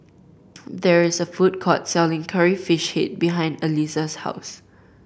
there is a food court selling Curry Fish Head behind Aliza's house